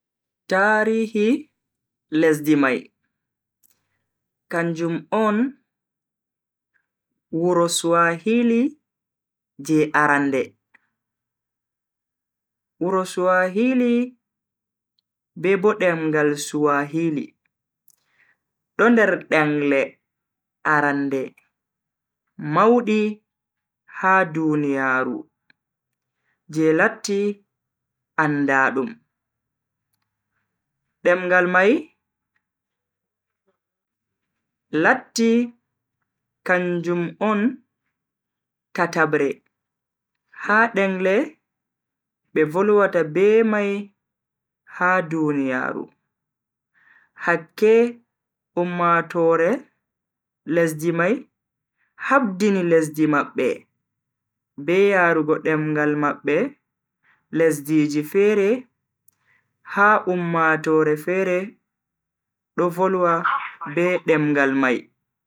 Tarihi lesdi mai kanjum on wuro swahili je arande. Wuro Swahili be bo demngal Swahili do nder dengle arande maudi ha duniyaaru je latti andaadum. Demngal mai latti kanjum on tatabre ha dengle be volwata be mai ha duniyaaru hakke ummatoore lesdi mai habdini lesdi mabbe be yarugo demngal mabbe lesdiji fere har ummatoore fere do volwa be demngal mai.